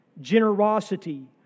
generosity